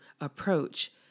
approach